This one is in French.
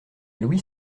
louis